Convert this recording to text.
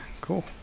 cool